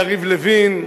יריב לוין,